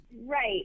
Right